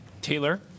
Taylor